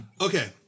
Okay